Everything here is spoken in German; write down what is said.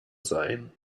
sein